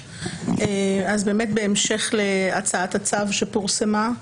בהמשך להצעת הצו שפורסמה,